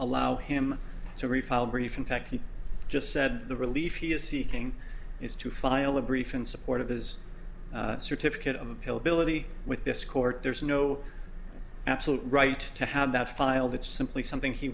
allow him to refile brief in fact he just said the relief he is seeking is to file a brief in support of his certificate of appeal ability with this court there's no absolute right to have that filed it's simply something he